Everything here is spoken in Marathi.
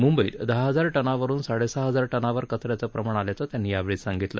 मुंबईत दहा हजार टनावरुन साडेसहा हजार टनावर कच याचं प्रमाण आल्याचं त्यांनी यावेळी सांगितलं